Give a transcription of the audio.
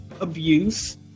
Abuse